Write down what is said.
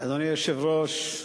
אדוני היושב-ראש,